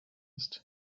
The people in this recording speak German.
ist